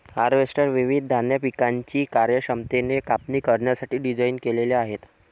harvester विविध धान्य पिकांची कार्यक्षमतेने कापणी करण्यासाठी डिझाइन केलेले आहे